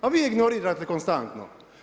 Pa vi ignorirate konstantno.